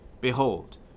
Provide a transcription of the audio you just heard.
Behold